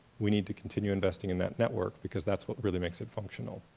we need to continue investing in that network because that's what really makes it functional.